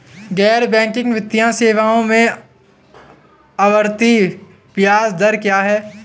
गैर बैंकिंग वित्तीय सेवाओं में आवर्ती ब्याज दर क्या है?